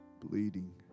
bleeding